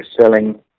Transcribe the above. selling